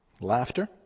Laughter